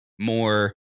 more